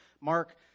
Mark